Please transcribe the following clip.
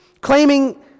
claiming